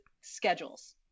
schedules